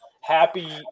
Happy